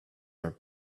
are